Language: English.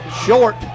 Short